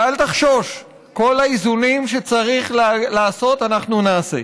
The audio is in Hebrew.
ואל תחשוש, כל האיזונים שצריך לעשות, אנחנו נעשה.